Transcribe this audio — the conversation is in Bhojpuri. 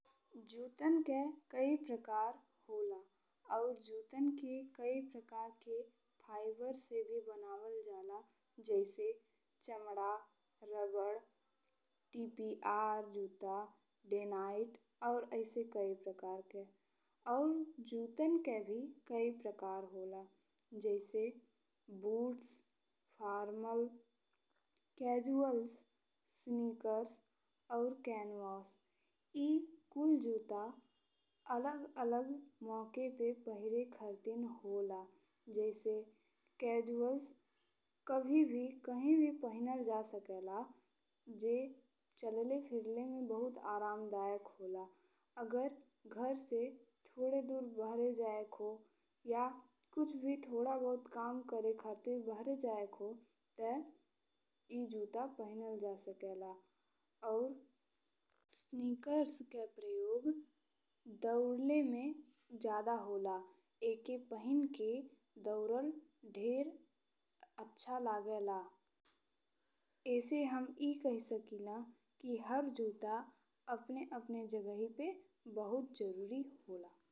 जूता के कई प्रकार होला और जूता के कई प्रकार के फाइबर से भी बनावल जाला जैसे चमड़ा, रबर, टीपीआर जूता, डेनाइट और ऐसे कई प्रकार के और जूता के भी कई प्रकार होला जैसे बूट्स, फॉर्मल, कैज़ुअल्स, स्नीकर और कैनवास। ए कुल जूता अलग अलग मौके पे पहिरे खातिर होला जैसे कैज़ुअल्स कबो भी कहीं भी पहिरल जा सकेला जे चलले फिरले में बहुत आरामदायक होला अगर घर से थोड़े दूर बाहर जाए के हो या कुछ भी थोड़ा बहुत काम करे खातिर बाहर जाए के हो ते ई जूता पहिरल जा सकेला। और स्नीकर के प्रयोग दौड़ले में जादा होला ए के पहिन के दौड़ल ढेर अच्छा लागेला। एसे हम ई कही सकिला कि हर जूता अपने-अपने जगह पे बहुत जरूरी होला।